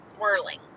whirling